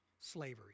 slavery